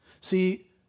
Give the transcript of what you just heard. See